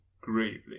gravely